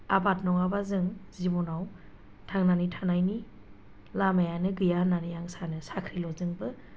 आबाद नङाब्ला जों जिबनाव थांनानै थानायनि लामायानो गैया होननानै आं सानो साख्रिल'जोंबो